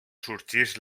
sorgeix